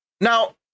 Now